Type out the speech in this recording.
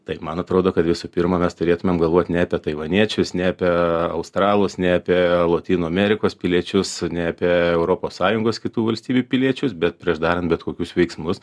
tai man atrodo kad visų pirma mes turėtumėm galvoti ne apie taivaniečius nei apie australus nei apie lotynų amerikos piliečius nei apie europos sąjungos kitų valstybių piliečius bet prieš darant bet kokius veiksmus